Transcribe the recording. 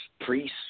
priests